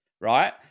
right